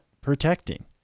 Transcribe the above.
protecting